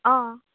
অঁ